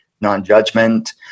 non-judgment